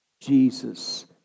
Jesus